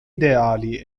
ideali